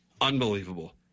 Unbelievable